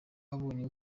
wabonye